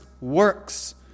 works